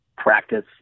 Practice